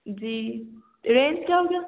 جی range کیا ہو گیا